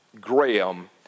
Graham